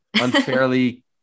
unfairly